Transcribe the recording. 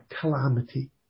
calamity